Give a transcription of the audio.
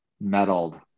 meddled